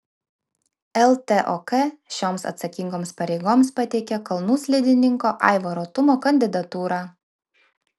ltok šioms atsakingoms pareigoms pateikė kalnų slidininko aivaro tumo kandidatūrą